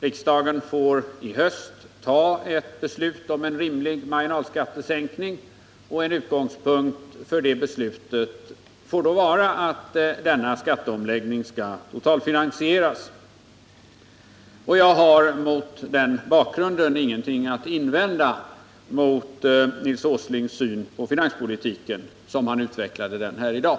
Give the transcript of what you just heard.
Riksdagen får i höst fatta ett beslut om en rimlig marginalskattesänkning, och en utgångspunkt för det beslutet får då vara att denna skatteomläggning skall totalfinansieras. Jag har mot den bakgrunden ingenting att invända mot Nils Åslings syn på finanspolitiken, såsom han utvecklat den här i dag.